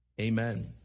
Amen